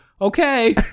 okay